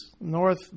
north